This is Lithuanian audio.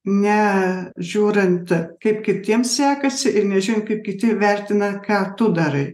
ne žiūrint kaip kitiems sekasi ir nežiūrint kaip kiti vertina ką tu darai